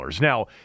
Now